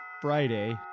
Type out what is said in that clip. Friday